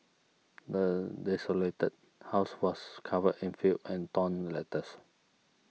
the desolated house was covered in filth and torn letters